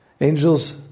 Angels